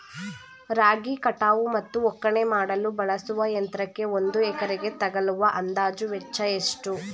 ರಾಗಿ ಕಟಾವು ಮತ್ತು ಒಕ್ಕಣೆ ಮಾಡಲು ಬಳಸುವ ಯಂತ್ರಕ್ಕೆ ಒಂದು ಎಕರೆಗೆ ತಗಲುವ ಅಂದಾಜು ವೆಚ್ಚ ಎಷ್ಟು?